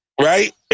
Right